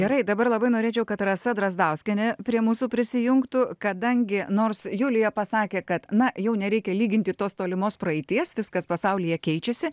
gerai dabar labai norėčiau kad rasa drazdauskienė prie mūsų prisijungtų kadangi nors julija pasakė kad na jau nereikia lyginti tos tolimos praeities viskas pasaulyje keičiasi